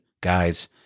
guys